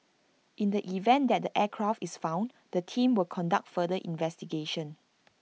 in the event that the aircraft is found the team will conduct further investigation